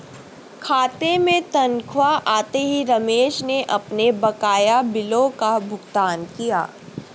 खाते में तनख्वाह आते ही रमेश ने अपने बकाया बिलों का भुगतान किया